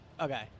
okay